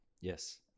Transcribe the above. Yes